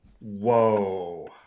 whoa